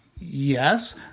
yes